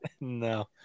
No